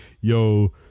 yo